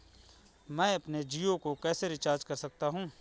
मैं अपने जियो को कैसे रिचार्ज कर सकता हूँ?